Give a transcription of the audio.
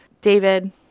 David